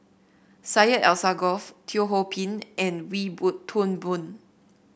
Syed Alsagoff Teo Ho Pin and Wee Boon Toon Boon